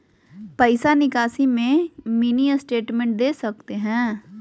पैसा निकासी में मिनी स्टेटमेंट दे सकते हैं?